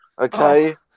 okay